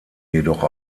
jedoch